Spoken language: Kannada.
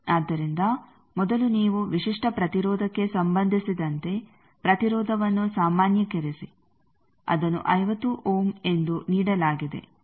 ಆದ್ದರಿಂದ ಮೊದಲು ನೀವು ವಿಶಿಷ್ಟ ಪ್ರತಿರೋಧಕ್ಕೆ ಸಂಬಂಧಿಸಿದಂತೆ ಪ್ರತಿರೋಧವನ್ನು ಸಾಮಾನ್ಯೀಕರಿಸಿ ಅದನ್ನು 50 ಓಮ್ ಎಂದು ನೀಡಲಾಗಿದೆ